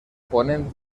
ponent